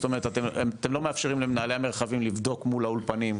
זאת אומרת אתם לא מאפשרים למנהלי המרחבים לבדוק מול האולפנים,